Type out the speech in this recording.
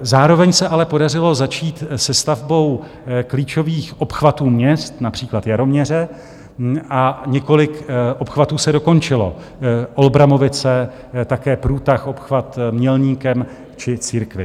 Zároveň se ale podařilo začít se stavbou klíčových obchvatů měst, například Jaroměře, a několik obchvatů se dokončilo Olbramovice, také průtah, obchvat Mělníkem či Církvic.